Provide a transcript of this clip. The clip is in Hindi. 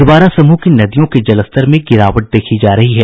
अधवारा समूह की नदियों के जलस्तर में गिरावट देखी जा रही है